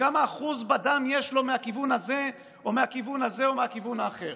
וכמה אחוז בדם יש לו מהכיוון הזה או מהכיוון הזה או מהכיוון האחר,